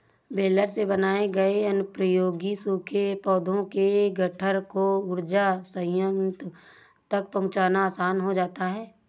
baler से बनाए गए अनुपयोगी सूखे पौधों के गट्ठर को ऊर्जा संयन्त्रों तक पहुँचाना आसान हो जाता है